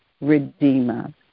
redeemer